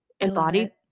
embodied